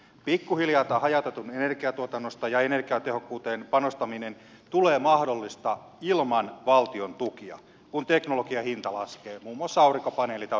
pikkuhiljaa tämä hajautettuun energiantuotantoon ja energiatehokkuuteen panostaminen tulee mahdollistaa ilman valtion tukia kun teknologian hinta laskee muun muassa aurinkopaneelit aurinkojärjestelmät